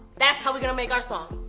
that's how we're gonna make our song.